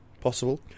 Possible